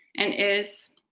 and is,